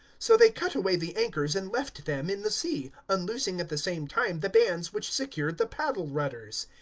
so they cut away the anchors and left them in the sea, unloosing at the same time the bands which secured the paddle-rudders.